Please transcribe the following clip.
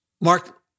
Mark